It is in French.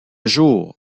jour